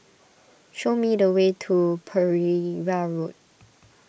show me the way to Pereira Road